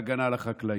בהגנה על החקלאים.